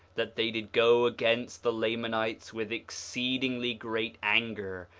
that they did go against the lamanites with exceedingly great anger,